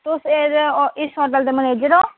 तुस इस एह्दे इस होटल दे मनेजर ओ